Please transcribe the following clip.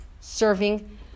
Serving